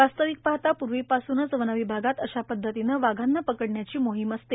वास्तविक पाहता पूर्वीपासूनच वनविभागात अशा पद्धतीनं वाघांना पकडण्याची मोहिम असते